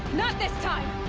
not this time!